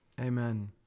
Amen